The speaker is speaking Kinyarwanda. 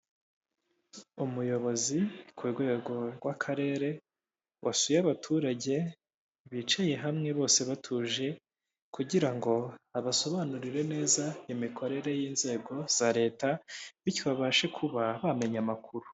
Umuyobozi ku rwego rw'akarere wasuye abaturage bicaye hamwe bose batuje kugira ngo abasobanurire neza imikorere y'inzego za leta, bityo babashe kuba bamenya amakuru.